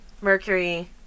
Mercury